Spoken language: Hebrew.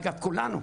אגב, כולנו,